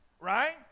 Right